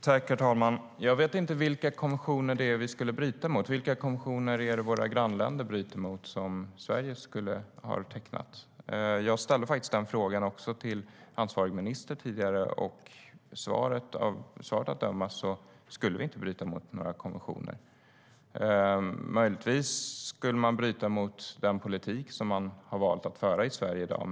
Herr talman! Jag vet inte vilka konventioner som vi skulle bryta mot. Vilka konventioner bryter våra grannländer mot som Sverige har skrivit under? Jag ställde den frågan till ansvarig minister tidigare, och av svaret att döma skulle vi inte bryta mot några konventioner. Möjligtvis skulle man bryta mot den politik som man har valt att föra i Sverige i dag.